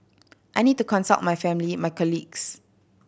I need to consult my family my colleagues